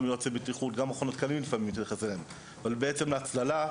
אבל על הצללה,